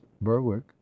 Berwick